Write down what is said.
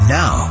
now